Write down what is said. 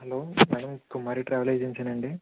hello madam Kumari travel ఏజెన్సీనా అండి